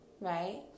Right